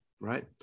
Right